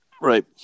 right